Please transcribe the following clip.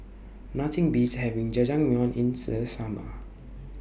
Nothing Beats having Jajangmyeon in The Summer